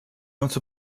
unser